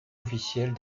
officielle